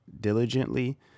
diligently